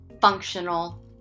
functional